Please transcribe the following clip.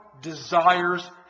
desires